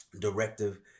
directive